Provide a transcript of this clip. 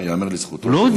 ואחמד טיבי לא נוכח.